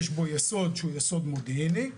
יש בו יסוד שהוא יסוד מודיעיני,